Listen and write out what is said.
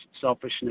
selfishness